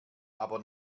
aber